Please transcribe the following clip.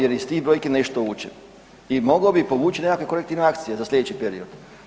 Jer iz tih brojki nešto učim i mogao bih povući nekakve korektivne akcije za sljedeći period.